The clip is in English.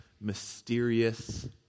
mysterious